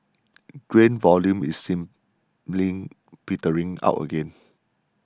grain volume is seemingly petering out again